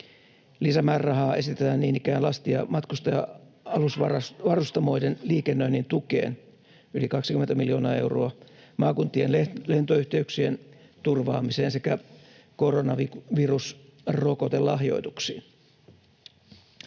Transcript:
Lisämäärärahaa esitetään niin ikään lasti- ja matkustaja-alusvarustamoiden liikennöinnin tukeen sekä yli 20 miljoonaa euroa maakuntien lentoyhteyksien turvaamiseen ja koronavirusrokotelahjoituksiin.